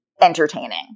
entertaining